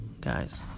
guys